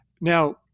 Now